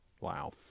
Wow